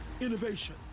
innovation